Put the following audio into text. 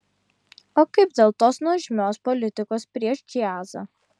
o kaip dėl tos nuožmios politikos prieš džiazą